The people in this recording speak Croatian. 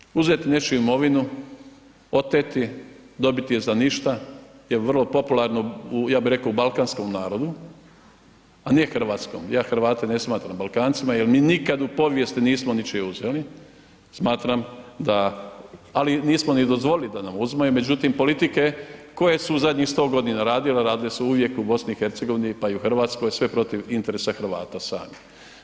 Naravno, uzet nečiju imovinu, oteti, dobiti je za ništa je vrlo popularno u javi rekao u balkanskom narodu, a nije u hrvatskom, ja Hrvate ne smatram Balkancima jer mi nikad u povijesti nismo ničije uzeti, smatram da, ali nismo ni dozvolili da nam uzmu međutim politike koje su u zadnjih 100 godina radile a radile su uvijek u BiH-u pa i Hrvatskoj, sve protiv interesa Hrvata samih.